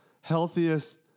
healthiest